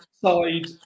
side